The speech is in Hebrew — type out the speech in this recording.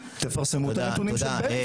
תפרסמו את הנתונים של בלינסון.